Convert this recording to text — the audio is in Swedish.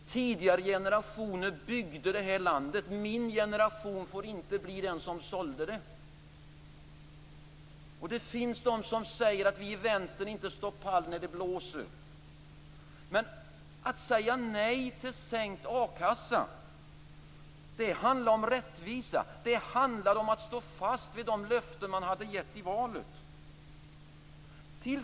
Tidigare generationer byggde det här landet. Min generation får inte bli den som sålde det. Det finns de som säger att vi i Vänstern inte står pall när det blåser. Men när det gäller att säga nej till sänkt a-kassa handlar det om rättvisa, om att stå fast vid de löften man gett i valet.